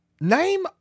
name